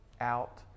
out